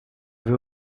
vais